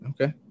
Okay